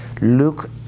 look